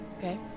Okay